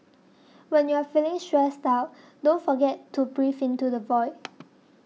when you are feeling stressed out don't forget to breathe into the void